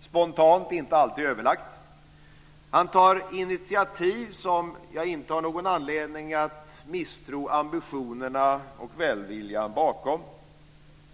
spontant och inte alltid överlagt. Han tar initiativ som jag inte har någon anledning att misstro ambitionerna och välviljan bakom.